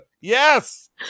Yes